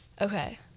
okay